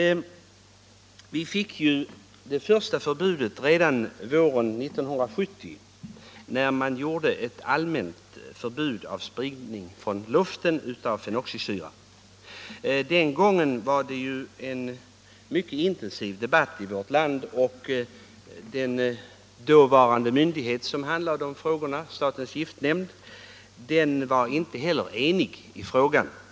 Vi fick ju det första förbudet redan våren 1970, när det utfärdades ett allmänt förbud mot spridning från luften av fenoxisyror. Den gången var det ju en mycket intensiv debatt i vårt land, och den myndighet som då handlade frågorna — statens giftnämnd — var inte heller enig.